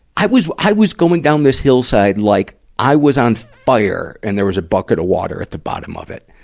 i was, i was going down this hillside like i was on fire and there was a bucket of water at the bottom of it.